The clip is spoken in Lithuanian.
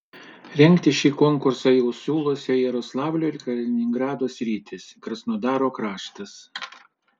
rengti šį konkursą jau siūlosi jaroslavlio ir kaliningrado sritys krasnodaro kraštas